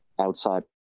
outside